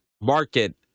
market